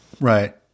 Right